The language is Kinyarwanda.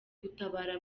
gutabara